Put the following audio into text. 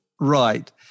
Right